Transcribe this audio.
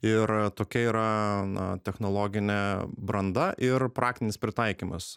ir tokia yra na technologinė branda ir praktinis pritaikymas